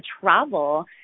travel –